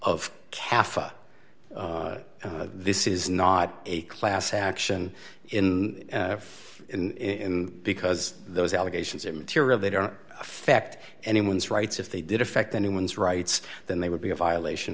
cafe this is not a class action in in because those allegations are material they don't affect anyone's rights if they did affect anyone's rights than they would be a violation